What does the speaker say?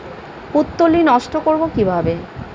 পুত্তলি নষ্ট করব কিভাবে?